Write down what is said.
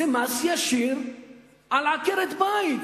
זה מס ישיר על עקרת-בית.